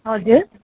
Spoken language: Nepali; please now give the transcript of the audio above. हजुर